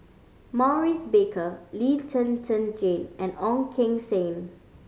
Maurice Baker Lee Zhen Zhen Jane and Ong Keng Sen